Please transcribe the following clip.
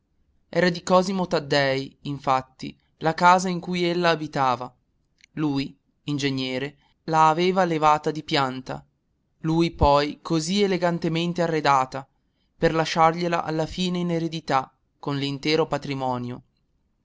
era di cosimo taddei infatti la casa in cui ella abitava lui ingegnere la aveva levata di pianta lui poi così elegantemente arredata per lasciargliela alla fine in eredità con l'intero patrimonio